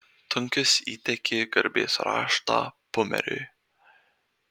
tunkis įteikė garbės raštą pumeriui